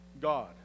God